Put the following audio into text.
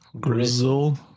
Grizzle